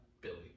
Billy